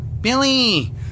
Billy